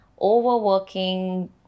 overworking